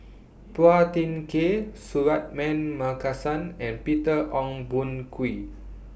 Phua Thin Kiay Suratman Markasan and Peter Ong Boon Kwee